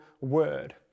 word